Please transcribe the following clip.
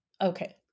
okay